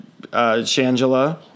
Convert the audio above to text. Shangela